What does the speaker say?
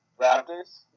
Raptors